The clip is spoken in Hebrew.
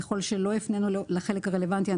ככל שלא הפנינו לחלק הרלוונטי,